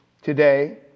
today